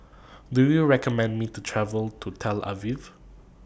Do YOU recommend Me to travel to Tel Aviv